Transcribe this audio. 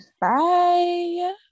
Bye